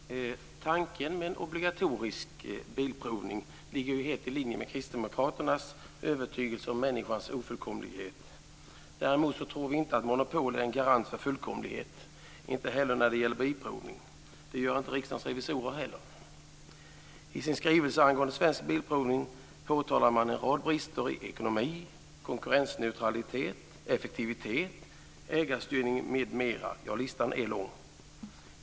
Herr talman! Tanken med en obligatorisk bilprovning ligger helt i linje med Kristdemokraternas övertygelse om människans ofullkomlighet. Däremot tror vi inte att monopol är en garant för fullkomlighet, inte heller när det gäller bilprovning. Det gör inte Riksdagens revisorer heller. I sin skrivelse angående Svensk Bilprovning påtalar man en rad brister i ekonomi, konkurrensneutralitet, effektivitet, ägarstyrning m.m. Listan är lång.